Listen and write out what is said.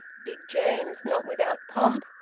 big james, not without pomp,